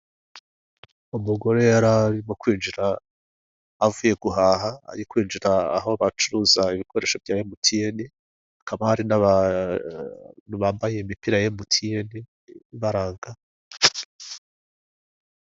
Umugore yari arimo kwinjira avuye guhaha, ari kwinjira aho bacuruza ibikoresho bya emutiyeni, hakaba hari n'abantu bambaye imipira ya emutiyeni ibaranga.